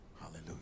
Hallelujah